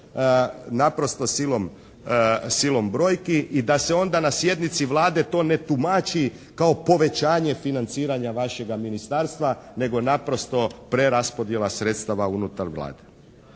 naprosto silom brojki i da se onda na sjednici Vlade to ne tumači kao povećanje financiranja vašega ministarstva nego naprosto preraspodjela sredstava unutar Vlade.